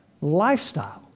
Lifestyle